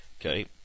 Okay